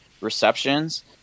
receptions